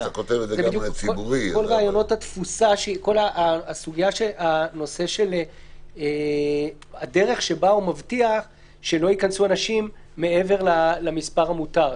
כל הנושא של הדרך בה הוא מבטיח שלא ייכנסו אנשים מעבר למספר המותר.